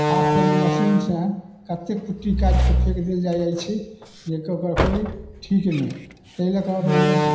हाथसे नहि मशीनसँ कतेक कुट्टी काटिके फेकि देल जाइ छै जे ओकर कोइ ठीक नहि ताहि लऽ कऽ मने